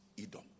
Edom